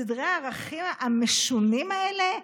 סדרי הערכים המשונים האלה?